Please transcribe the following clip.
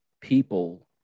people